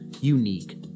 unique